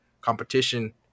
competition